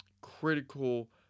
critical